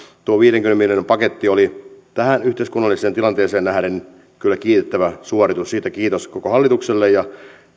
tuo viidenkymmenen miljoonan paketti oli tähän yhteiskunnalliseen tilanteeseen nähden kyllä kiitettävä suoritus siitä kiitos koko hallitukselle ja